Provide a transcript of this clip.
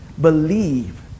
Believe